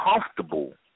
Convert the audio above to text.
comfortable